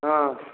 हँ